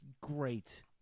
great